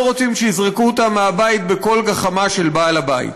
רוצים שיזרקו אותם מהבית בכל גחמה של בעל-הבית?